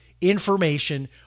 information